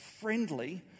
friendly